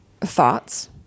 thoughts